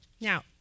Now